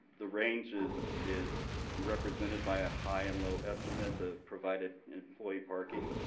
the range is is represented by a high and low estimate ah provided employee parking.